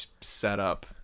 setup